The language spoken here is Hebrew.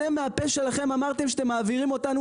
אתם מהפה שלכם אמרתם שאתם מעבירים אותנו